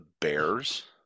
bears